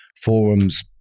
forums